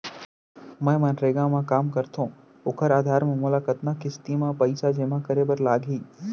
मैं मनरेगा म काम करथो, ओखर आधार म मोला कतना किस्ती म पइसा जेमा करे बर लागही?